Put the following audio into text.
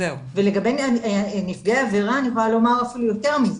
ולגבי נפגעי עבירה אני יכולה לומר אפילו יוצר מזה,